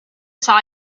saw